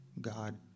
God